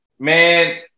Man